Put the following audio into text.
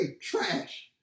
trash